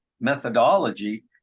methodology